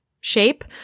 shape